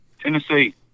Tennessee